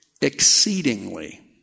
exceedingly